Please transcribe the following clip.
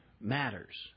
matters